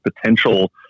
potential